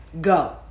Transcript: go